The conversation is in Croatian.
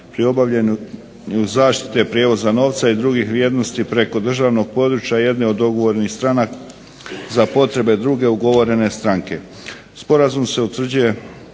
pri obavljanju zaštite prijevoza novca i drugih vrijednosti preko državnog područja jedne od dogovorenih stranaka za potrebe druge ugovorene stranke. Sporazumom se utvrđuje